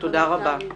תודה רבה.